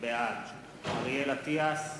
בעד אריאל אטיאס,